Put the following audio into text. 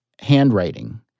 handwriting